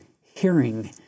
hearing